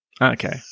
Okay